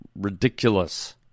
ridiculous